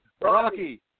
Rocky